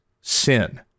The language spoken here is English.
sin